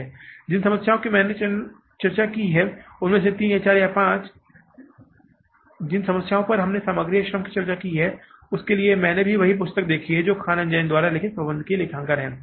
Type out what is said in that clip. जिन समस्याओं के बारे में मैंने यहाँ चर्चा की है उनमें से तीन या चार पाँच में से जिन समस्याओं पर हमने सामग्री या श्रम के साथ चर्चा की है उसके लिए मैंने भी वही पुस्तक देखी है जो खान और जैन द्वारा लिखित प्रबंधकीय लेखांकन है